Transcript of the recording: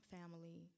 family